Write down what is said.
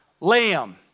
lamb